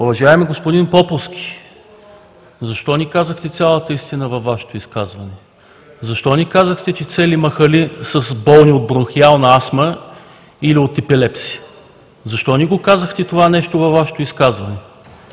Уважаеми господин Поповски, защо не казахте цялата истина във Вашето изказване? Защо не казахте, че цели махали са болни от бронхиална асма или от епилепсия? Защо не го казахте това нещо във Вашето изказване?